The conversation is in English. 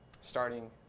starting